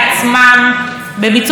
מקום העבודה שלהם,